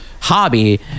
hobby